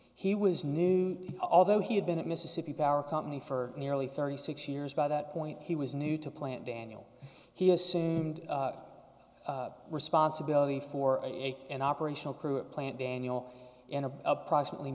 he was new although he had been in mississippi power company for nearly thirty six years by that point he was new to plant daniel he assumed responsibility for an operational crew of plant daniel and approximately